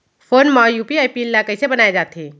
Phone म UPI PIN ल कइसे बनाये जाथे?